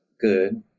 good